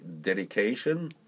dedication